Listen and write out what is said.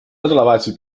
nädalavahetusel